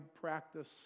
practice